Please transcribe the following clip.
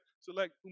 select